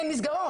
אין מסגרות.